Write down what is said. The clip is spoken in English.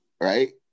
right